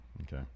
Okay